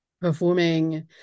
performing